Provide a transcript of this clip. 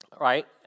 right